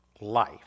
life